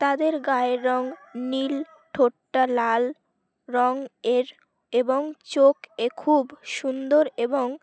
তাদের গায়ের রঙ নীল ঠোঁটটা লাল রঙ এর এবং চোখ এ খুব সুন্দর এবং